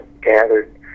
gathered